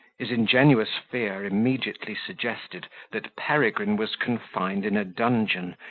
his ingenuous fear immediately suggested, that peregrine was confined in a dungeon,